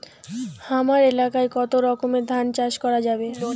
হামার এলাকায় কতো রকমের ধান চাষ করা যাবে?